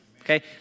Okay